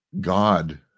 God